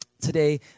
Today